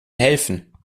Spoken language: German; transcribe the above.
helfen